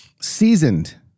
seasoned